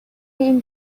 این